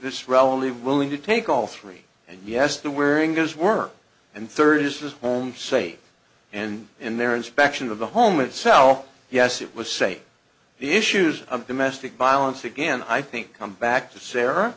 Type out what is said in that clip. this rally willing to take all three and yes the wearing goes work and third is home safe and in their inspection of the home itself yes it was say the issues of domestic violence again i think come back to sarah